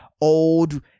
old